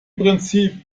prinzip